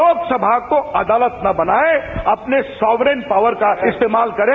लोकसभा को अदालत न बनाएं अपनी सॉवरन पावर का इस्तेमाल करें